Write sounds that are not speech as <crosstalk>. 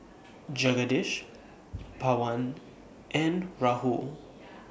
Jagadish Pawan and Rahul <noise>